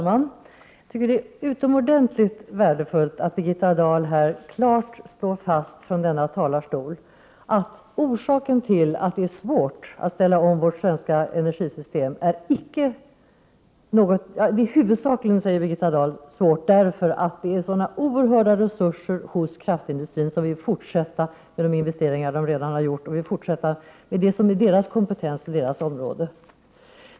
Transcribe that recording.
Fru talman! Det är utomordentligt värdefullt att Birgitta Dahl här från riksdagens talarstol klart slår fast att den huvudsakliga orsaken till att det är svårt att ställa om vårt svenska energisystem är att kraftindustrin med sina oerhört stora resurser vill fortsätta med de investeringar som redan gjorts. De som är verksamma där vill fortsätta med det som är deras kompetens och deras område.